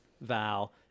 Val